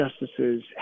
justices